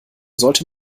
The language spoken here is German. sollte